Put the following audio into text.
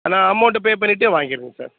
நான் amount pay பண்ணிட்டே வாங்கிக்கிறேன்ங்க சார்